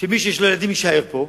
שמי שיש לו ילדים יישאר פה,